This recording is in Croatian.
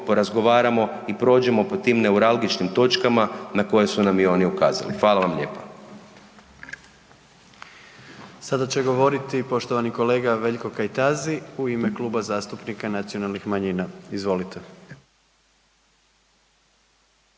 porazgovaramo i prođemo po tim neuralgičnim točkama na koje su nam i oni ukazali. Hvala vam lijepa. **Jandroković, Gordan (HDZ)** Sada će govoriti poštovani kolega Veljko Kajtazi u ime Kluba zastupnika nacionalnih manjina. Izvolite.